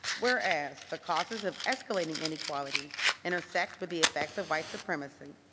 whereas the causes of escalating inequality intersect with the affects of white supremacy.